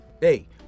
Hey